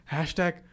Hashtag